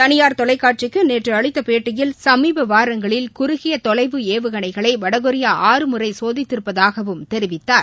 தளியார் தொலைக்காட்சிக்கு நேற்று அளித்த பேட்டியில் சுமீப வாரங்களில் குறுகிய தொலைவு ஏவுகணைகளை வடகொரியா ஆறு முறை சோதித்திருப்பதாகவும் அவர் கூறினார்